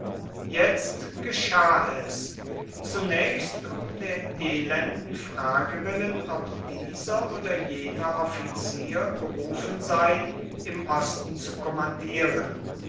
jetzt geschah es zunächst um der elenden frage willen ob dieser oder jener offizier berufen sei im osten zu kommandieren